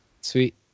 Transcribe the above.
Sweet